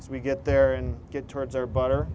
as we get there and get towards or butter